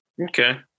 Okay